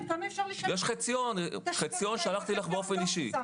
יש דוח חציון ששלחתי לך באופן אישי.